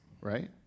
right